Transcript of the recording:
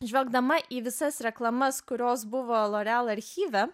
žvelgdama į visas reklamas kurios buvo loreal archyve